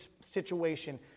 situation